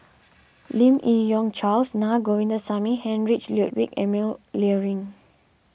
Lim Yi Yong Charles Na Govindasamy and Heinrich Ludwig Emil Luering